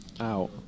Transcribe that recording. Out